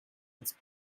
its